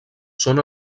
són